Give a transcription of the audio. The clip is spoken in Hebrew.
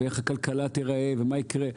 איך הכלכלה תיראה ומה יקרה.